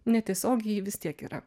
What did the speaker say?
netiesiogiai ji vis tiek yra